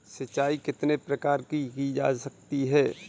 सिंचाई कितने प्रकार से की जा सकती है?